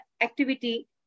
activity